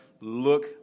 look